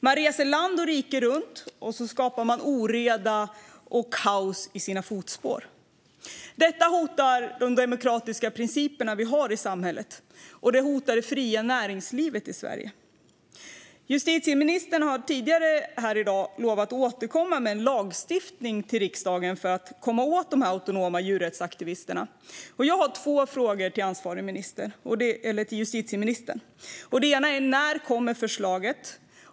Man reser land och rike runt och lämnar oreda och kaos i sina fotspår. Detta hotar de demokratiska principer vi har i samhället, och det hotar det fria näringslivet i Sverige. Justitieministern har tidigare här i dag lovat att återkomma till riksdagen med en lagstiftning för att komma åt de autonoma djurrättsaktivisterna. Jag har två frågor till justitieministern: När kommer förslaget?